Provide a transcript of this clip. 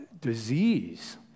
disease